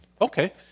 Okay